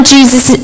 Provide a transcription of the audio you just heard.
Jesus